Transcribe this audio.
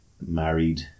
married